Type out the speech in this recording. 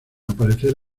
aparecer